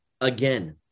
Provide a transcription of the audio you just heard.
again